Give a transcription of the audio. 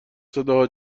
صداها